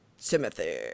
Timothy